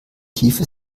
tiefe